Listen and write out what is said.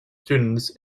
students